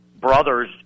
brother's